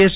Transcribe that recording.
S